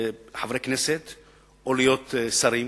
חברי כנסת או להיות שרים